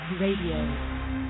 Radio